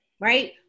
right